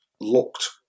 looked